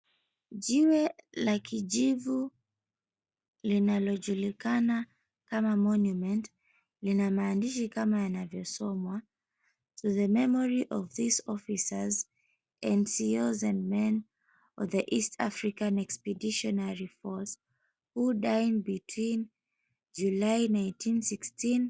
Jiwe la kijivu linalojulikana kama monument lina maandishi kama yanavyosomwa, "To the memory of these officers, NCOs, and men of the East African Expeditionary Force, who died between July 1916."